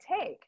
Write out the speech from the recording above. take